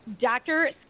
Dr